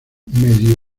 medio